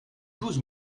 douze